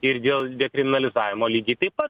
ir dėl dekriminalizavimo lygiai taip pat